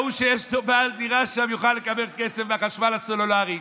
ההוא שיש לו דירה שם יוכל לקבל כסף מהחשמל הסולרי.